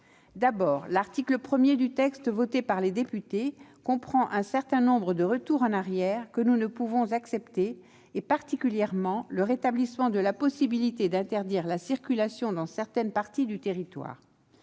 D'abord, l'article 1 du texte voté par les députés comprend un certain nombre de retours en arrière que nous ne pouvons accepter, en particulier le rétablissement de la possibilité d'interdire la circulation dans certaines parties du territoire.